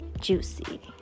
juicy